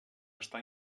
estar